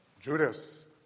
Judas